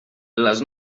les